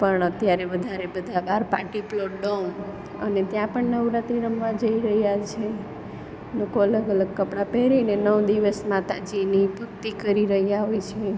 પણ અત્યારે વધારે બધા બહાર પાર્ટી પ્લોટ ડોમ અને ત્યાં પણ નવરાત્રિ રમવા જઈ રહ્યા છે લોકો અલગ અલગ કપડાં પહેરીને નવ દિવસ માતાજીની ભક્તિ કરી રહ્યા હોય છે